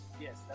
yes